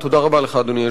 תודה רבה לך, אדוני.